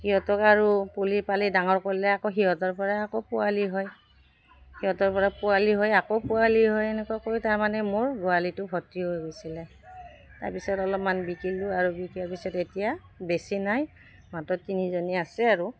সিহঁতক আৰু পুলি পালি ডাঙৰ কৰিলে আকৌ সিহঁতৰ পৰা আকৌ পোৱালি হয় সিহঁতৰ পৰা পোৱালি হয় আকৌ পোৱালি হয় এনেকুৱাকৈ তাৰমানে মোৰ গোৱালিটো ভৰ্তি হৈ গৈছিলে তাৰপিছত অলপমান বিকিলোঁ আৰু বিকাৰ পিছত এতিয়া বেছি নাই মাত্ৰ তিনিজনী আছে আৰু